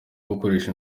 gukoresha